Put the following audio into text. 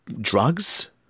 drugs